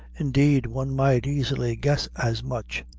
indeed, one might easily guess as much,